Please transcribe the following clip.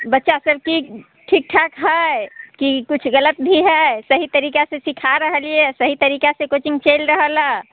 बच्चा सभ की ठीक ठाक है कि कुछ गलत भी है सही तरीकासँ सिखा रहलियै है सही तरीकासँ कोचिंग चलि रहल है